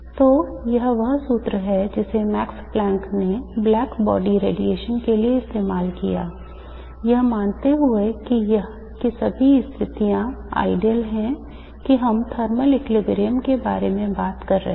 तो यह वह सूत्र है जिसे मैक्स प्लैंक ने ब्लैक बॉडी रेडिएशन के लिए इस्तेमाल किया यह मानते हुए कि सभी स्थितियां आदर्श हैं कि हम thermal equilibrium के बारे में बात कर रहे हैं